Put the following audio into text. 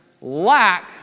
lack